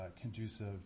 conducive